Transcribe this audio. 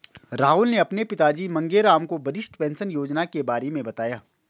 राहुल ने अपने पिताजी मांगेराम को वरिष्ठ पेंशन योजना के बारे में बताया